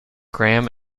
graham